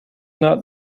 not